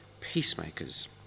Peacemakers